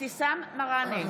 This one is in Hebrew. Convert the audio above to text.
אבתיסאם מראענה,